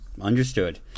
understood